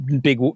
big